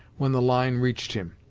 when the line reached him.